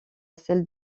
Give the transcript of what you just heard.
celle